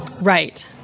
Right